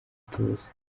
ituze